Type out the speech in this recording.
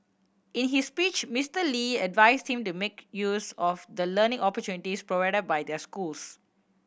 in his speech Mister Lee advised them to make use of the learning opportunities provided by their schools